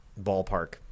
ballpark